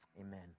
amen